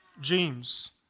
James